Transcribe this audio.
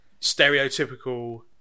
stereotypical